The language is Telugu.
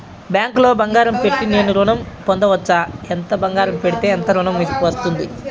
బ్యాంక్లో బంగారం పెట్టి నేను ఋణం పొందవచ్చా? ఎంత బంగారం పెడితే ఎంత ఋణం వస్తుంది?